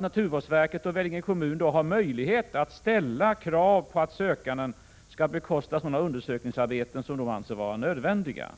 Naturvårdsverket och Vellinge kommun har då möjlighet att ställa kravet att sökanden skall bekosta sådana undersökningsarbeten som de anser vara nödvändiga.